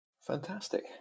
Fantastic